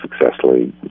successfully